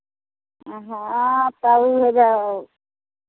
अहाँ आउ तऽ ओ होयबे